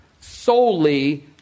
solely